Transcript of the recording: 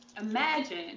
Imagine